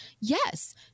Yes